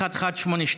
שאילתה מס' 1182,